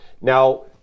Now